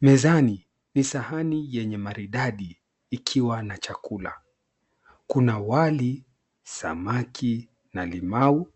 Mezani ni sahani yanye maridadi ikiwa na chakula, kuna wali, samaki na limau,